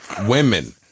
Women